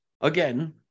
Again